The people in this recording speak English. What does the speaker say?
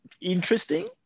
interesting